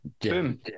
boom